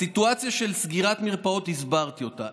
הסיטואציה של סגירת מרפאות, הסברתי אותה.